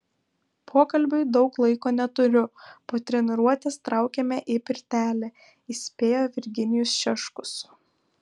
pokalbiui daug laiko neturiu po treniruotės traukiame į pirtelę įspėjo virginijus šeškus